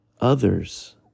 Others